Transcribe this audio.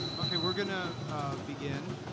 okay, we're gonna begin.